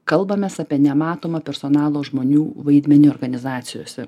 kalbamės apie nematomą personalo žmonių vaidmenį organizacijose